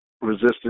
resistance